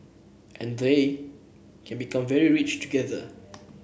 and they can become very rich together